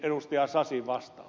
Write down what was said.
sasin vastauksen